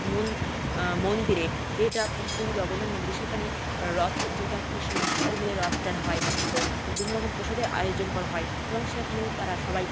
মন মন্দিরে যেটা পুরীর জগন্নাথ মন্দিরে সেখানে রথ যাত্রার সময় সকল মিলে রথ টানা হয় তো বিভিন্ন রকম প্রসাদের আয়োজন করা হয় এবং সেখানেও তারা সবাই